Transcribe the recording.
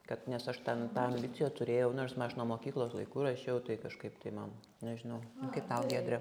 kad nes aš ten nu tą ambiciją turėjau na aš nuo mokyklos laikų rašiau tai kažkaip tai man nežinau o kaip tau giedre